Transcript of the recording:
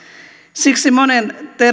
siksi monen